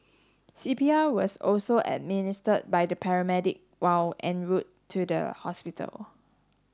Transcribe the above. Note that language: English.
C P R was also administered by the paramedic while en route to the hospital